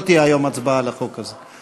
לא תהיה היום הצבעה על החוק הזה.